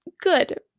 Good